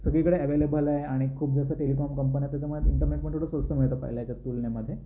सगळीकडे अव्हेलेबल आहे आणि खूप जास्त टेलिफोन कंपन्या आहेत त्याच्यामुळे इंटरनेट पण थोडं स्वस्त मिळतं पहिल्या याच्या तुलनेमध्ये